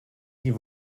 die